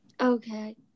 Okay